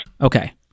Okay